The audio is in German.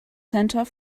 center